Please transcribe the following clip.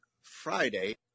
Friday